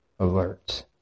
alerts